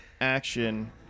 action